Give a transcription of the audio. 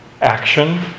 action